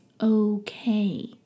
okay